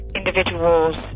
individuals